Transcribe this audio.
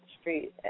Street